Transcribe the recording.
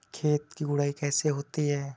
खेत की गुड़ाई कैसे होती हैं?